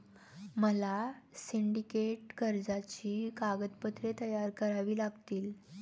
मला सिंडिकेट कर्जाची कागदपत्रे तयार करावी लागतील